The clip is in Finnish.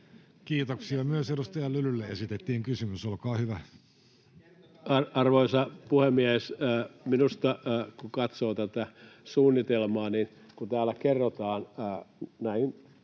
Kiitoksia. — Myös edustaja Lylylle esitettiin kysymys, olkaa hyvä. Arvoisa puhemies! Kun katsoo tätä suunnitelmaa — kun täällä kerrotaan näin,